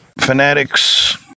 fanatics